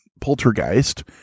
poltergeist